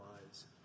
lives